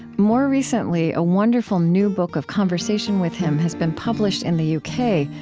more recently, a wonderful new book of conversation with him has been published in the u k,